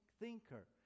thinker